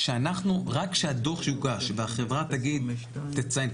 רק כשהדוח יוגש והחברה תציין,